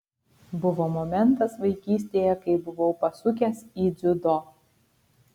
buvo momentas vaikystėje kai buvau pasukęs į dziudo